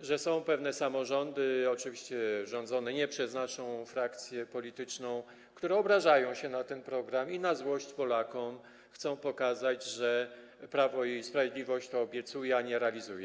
że są pewne samorządy, oczywiście rządzone nie przez naszą frakcję polityczną, które obrażają się na ten program i na złość Polakom chcą pokazać, że Prawo i Sprawiedliwość obiecuje to, ale nie realizuje.